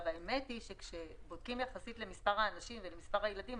האמת היא שכאשר בודקים יחסית למספר האנשים ולמספר הילדים,